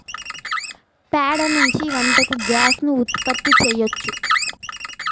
ప్యాడ నుంచి వంటకు గ్యాస్ ను ఉత్పత్తి చేయచ్చు